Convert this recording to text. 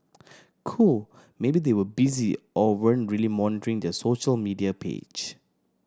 cool maybe they were busy or weren't really monitoring their social media page